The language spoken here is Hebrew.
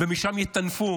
ומשם יטנפו